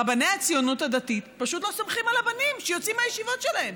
רבני הציונות הדתית פשוט לא סומכים על הבנים שיוצאים מהישיבות שלהם.